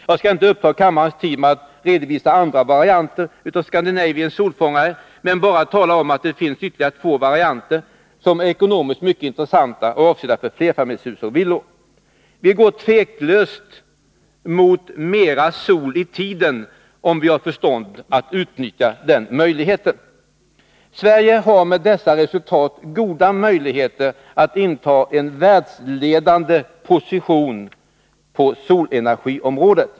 Jag skall inte uppta kammarens tid med att redovisa andra varianter av Scandinavian solfångare, utan bara tala om att det finns ytterligare två varianter som är ekonomiskt mycket intressanta och avsedda för flerfamiljshus och villor. Vi går utan tvivel mot ”sol i tiden”, om vi har förstånd att utnyttja möjligheten. Sverige har med de uppnådda resultaten goda möjligheter att inta en världsledande position på solenergiområdet.